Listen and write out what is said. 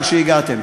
על שהגעתם.